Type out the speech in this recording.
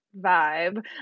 vibe